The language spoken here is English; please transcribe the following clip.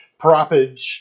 propage